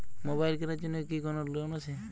Mobile কেনার জন্য কি কোন লোন আছে?